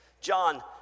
John